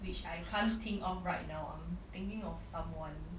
which I can't think of right now I'm thinking of someone